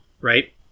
right